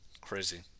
Crazy